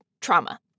trauma